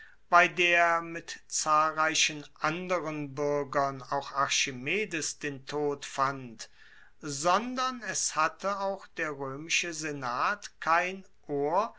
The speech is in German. bei der mit zahlreichen anderen buergern auch archimedes den tod fand sondern es hatte auch der roemische senat kein ohr